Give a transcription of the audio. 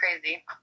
crazy